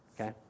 okay